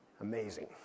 Amazing